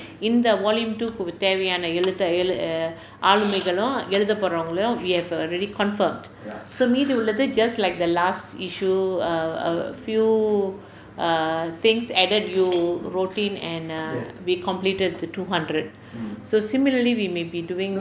in the volume two தேவையான எழுத்து எழு ஆருமிகளும் எழுத போன்றவொண்களையும்:thevaiyaana eluthu elu aarumigalum elutha pondravonkalaiyum we have already confirmed so மீதி உள்ளது:mithi ullathu just like the last issue err err few err things added to routine and err be completed to two hundred so similarly we may be doing